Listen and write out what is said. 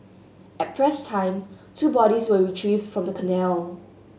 at press time two bodies were retrieved from the canal